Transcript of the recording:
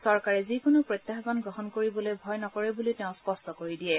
চৰকাৰে যিকোনো প্ৰত্যাহবান গ্ৰহণ কৰিবলৈ ভয় নকৰে বলিও তেওঁ স্পষ্ট কৰি দিয়ে